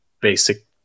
basic